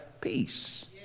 peace